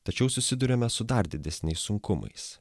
tačiau susiduriame su dar didesniais sunkumais